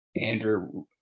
Andrew